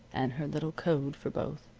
and her little code for both.